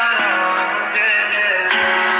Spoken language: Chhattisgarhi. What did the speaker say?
गाय गरुवा के कुछु भी जिनिस ह बिरथा नइ जावय